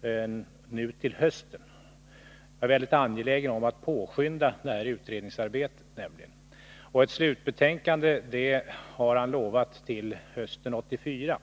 det nu till hösten. Jag är nämligen mycket angelägen om att påskynda detta utredningsarbete. Tor Sverne har lovat att komma med ett slutbetänkande till hösten 1984.